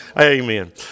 Amen